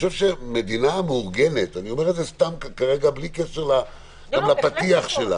מדינה מהוגנת אני אומר את זה בלי קשר לפתיח שלך